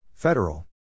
Federal